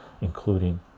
including